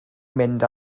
mynd